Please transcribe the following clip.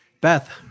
Beth